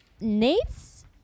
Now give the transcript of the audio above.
Nate's